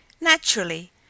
Naturally